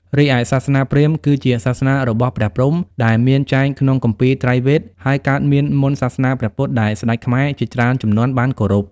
រីឯសាសនាព្រាហ្មណ៍គឺជាសាសនារបស់ព្រះព្រហ្មដែលមានចែងក្នុងគម្ពីត្រៃវេទហើយកើតមានមុនសាសនាព្រះពុទ្ធដែលស្តេចខ្មែរជាច្រើនជំនាន់បានគោរព។